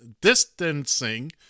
distancing